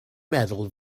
meddwl